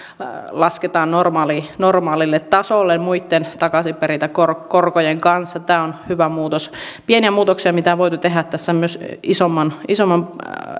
lasketaan normaalille normaalille tasolle muitten takaisinperintäkorkojen kanssa tämä on hyvä muutos pieniä muutoksia mitä on voitu tehdä tässä isomman isomman